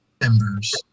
members